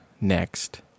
next